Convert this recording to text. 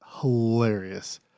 hilarious